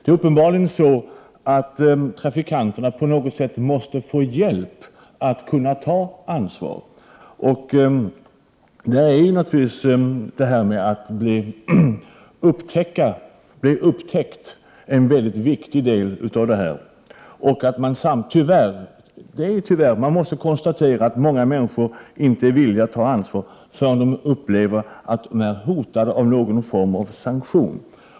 Trafikanterna måste uppenbarligen på något sätt få hjälp för att kunna ta sitt ansvar. Detta med att bli upptäckt utgör då en väldigt viktig del. Tyvärr måste man konstatera att många människor inte är villiga att ta ansvar förrän de upplever att de är hotade av någon form av sanktion.